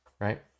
right